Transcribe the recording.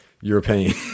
European